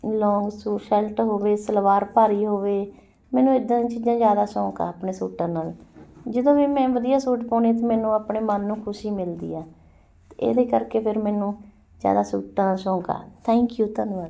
ਲੌਂਗ suit ਸ਼ਲਟ ਹੋਵੇ ਸਲਵਾਰ ਭਾਰੀ ਹੋਵੇ ਮੈਨੂੰ ਇੱਦਾਂ ਦੀਆਂ ਚੀਜ਼ਾਂ ਜ਼ਿਆਦਾ ਸ਼ੌਂਕ ਆ ਆਪਣੇ ਸੂਟਾਂ ਨਾਲ ਜਦੋਂ ਵੀ ਮੈਂ ਵਧੀਆ ਸੂਟ ਪਾਉਣੇ ਅਤੇ ਮੈਨੂੰ ਆਪਣੇ ਮਨ ਨੂੰ ਖੁਸ਼ੀ ਮਿਲਦੀ ਆ ਇਹਦੇ ਕਰਕੇ ਫਿਰ ਮੈਨੂੰ ਜ਼ਿਆਦਾ ਸੂਟਾਂ ਦਾ ਸ਼ੌਂਕ ਆ ਥੈਂਕ ਯੂ ਧੰਨਵਾਦ